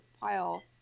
pile